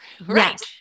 Right